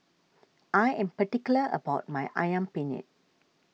I am particular about my Ayam Penyet